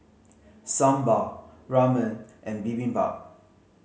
Sambar Ramen and Bibimbap